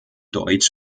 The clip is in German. deutsch